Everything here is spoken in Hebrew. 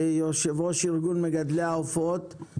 יו"ר ארגון מגדלי העופות,